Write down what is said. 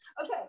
okay